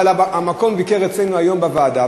אבל המקום ביקר אצלנו היום בוועדה,